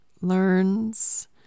learns